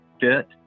fit